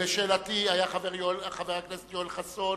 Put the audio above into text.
היה חבר הכנסת יואל חסון